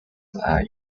are